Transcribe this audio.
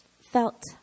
felt